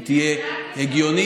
היא תהיה הגיונית,